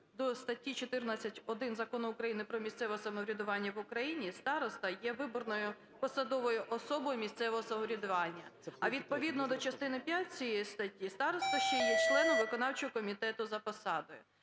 до статті 14.1 Закону України "Про місцеве самоврядування в Україні" староста є виборною посадовою особою місцевого самоврядування. А відповідно до частини 5 цієї статті староста ще є членом виконавчого комітету за посадою.